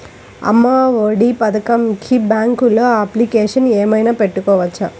అమ్మ ఒడి పథకంకి బ్యాంకులో అప్లికేషన్ ఏమైనా పెట్టుకోవచ్చా?